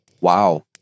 wow